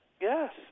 Yes